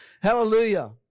Hallelujah